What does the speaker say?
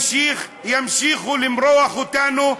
ימשיכו למרוח אותנו,